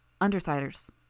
Undersiders